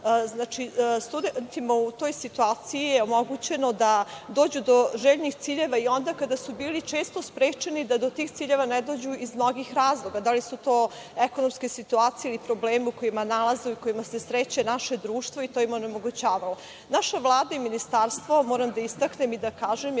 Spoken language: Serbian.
studentima u toj situaciji je omogućeno da dođu do željenih ciljeva i onda kada su bili često sprečeni da do tih ciljeva dođu iz mnogih razloga, da li su to ekonomske situacije ili problemi u kojima se nalaze, u kojima se sreće naše društvo i to im je onemogućavalo. Naša Vlada i ministarstvo, moram da istaknem i da kažem,